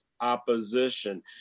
opposition